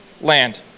land